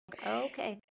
Okay